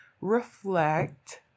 reflect